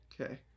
Okay